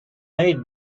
made